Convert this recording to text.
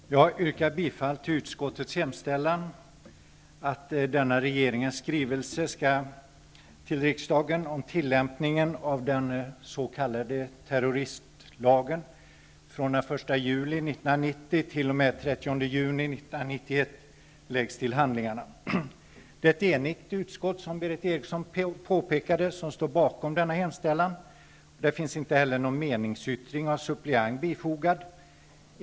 Herr talman! Jag yrkar bifall till utskottets hemställan, att denna regeringens skrivelse till riksdagen om tillämpningen av den s.k. 1991, läggs till handlingarna. Det är ett enigt utskott som står bakom denna hemställan, vilket Berith Eriksson påpekade. Det finns inte heller någon meningsyttring av suppleant bifogad.